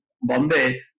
Bombay